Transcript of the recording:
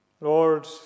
Lord